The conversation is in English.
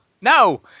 No